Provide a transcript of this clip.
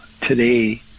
today